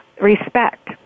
respect